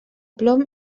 plom